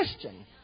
Christian